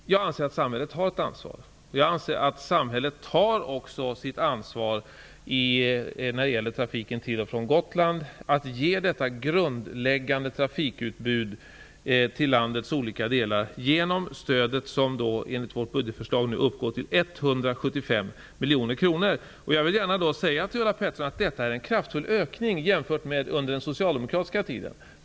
Ja, jag anser att samhället har ett ansvar. Jag anser att samhället också tar sitt ansvar när det gäller trafiken till och från Gotland. Man ger ett grundläggande trafikutbud till landets olika delar genom det stöd som enligt vårt budgetförslag nu uppgår till 175 miljoner kronor. Jag vill gärna säga till Ulla Pettersson att detta är en kraftfull ökning jämfört med den socialdemokratiska tiden.